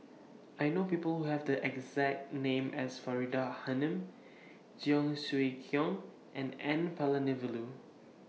I know People Who Have The exact name as Faridah Hanum Cheong Siew Keong and N Palanivelu